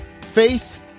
faith